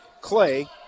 clay